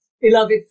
beloved